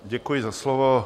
Děkuji za slovo.